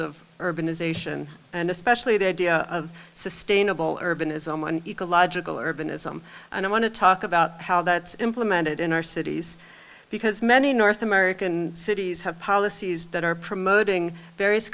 of urbanization and especially the idea of sustainable urban is on one ecological urban ism and i want to talk about how that's implemented in our cities because many north american cities have policies that are promoting various